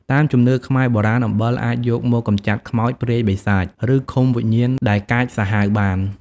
តាមជំនឿខ្មែរបុរាណ អំបិលអាចយកមកកម្ចាត់ខ្មោច ព្រាយ បិសាច ឬឃុំវិញ្ញាណដែលកាចសាហាវបាន។